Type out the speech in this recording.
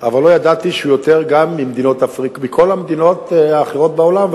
אבל לא ידעתי שהוא גם גדול יותר מבכל המדינות האחרות בעולם,